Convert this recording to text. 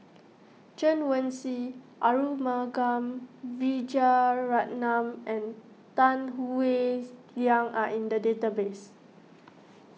Chen Wen Hsi Arumugam Vijiaratnam and Tan Howe Liang are in the database